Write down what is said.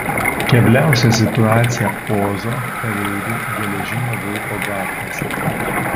kebliausia situacija ozo kareivių geležinio vilko gatvėse